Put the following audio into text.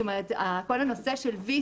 כל הנושא של VC,